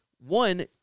One